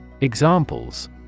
Examples